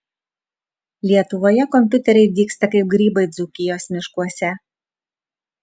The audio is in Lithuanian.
lietuvoje kompiuteriai dygsta kaip grybai dzūkijos miškuose